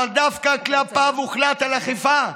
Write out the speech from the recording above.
אבל דווקא כלפיו הוחלט על אכיפה?